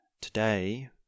today